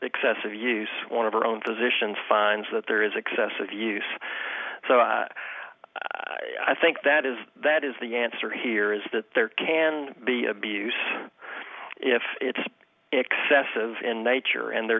excessive use one of our own physician finds that there is excessive use so i think that is that is the answer here is that there can be abuse if it's excessive in nature and there